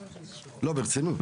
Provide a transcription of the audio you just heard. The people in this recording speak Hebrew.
ברצינות.